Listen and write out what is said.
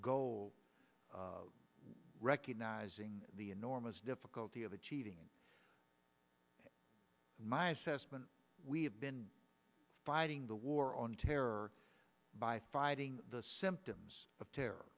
goal recognizing the enormous difficulty of achieving my assessment we have been fighting the war on terror by fighting the symptoms of terror